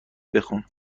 بخون